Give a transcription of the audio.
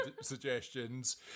suggestions